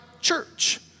church